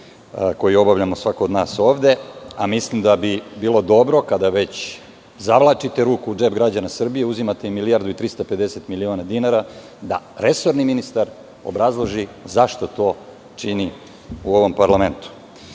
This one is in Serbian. koji obavlja svako od nas ovde. Mislim da bi bilo dobro kada već zavlačite ruku u džep građana Srbije, uzimate im milijardu i 350 miliona dinara da resorni ministar obrazloži zašto to čini u ovom parlamentu. Vodimo